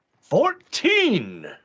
Fourteen